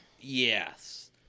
Yes